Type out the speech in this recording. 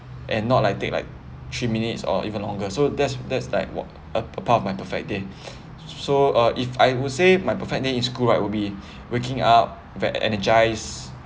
and not like take like three minutes or even longer so that's that's like uh a part of my perfect day so uh if I would say my perfect day in school right will be waking up very energized